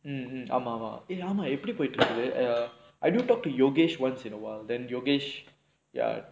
mm mm ஆமா ஆமா:aamaa aamaa eh ஆமா எப்டி போயிட்டுடிருக்குது:aamaa epdi poyitturukkuthu I do talk to yokesh once in a while then yokesh ya